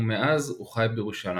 ומאז הוא חי בירושלים.